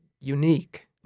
unique